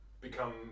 become